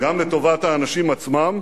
גם לטובת האנשים עצמם,